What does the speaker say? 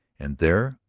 and there,